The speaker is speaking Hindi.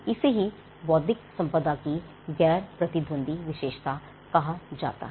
इसे ही बौद्धिक संपदा की गैर प्रतिद्वंदी विशेषता कहा जाता है